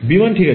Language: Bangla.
বিমান ঠিক আছে